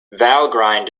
valgrind